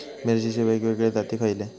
मिरचीचे वेगवेगळे जाती खयले?